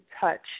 touch